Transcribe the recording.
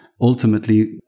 ultimately